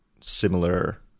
similar